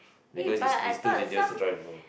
because is is too dangerous to drive over